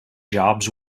jobs